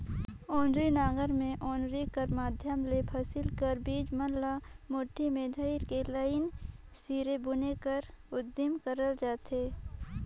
ओनारी नांगर मे ओनारी कर माध्यम ले फसिल कर बीज मन ल मुठा मे धइर के लाईन सिरे बुने कर उदिम करल जाथे